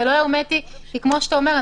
זה לא הרמטי וכמו שאתה אומר,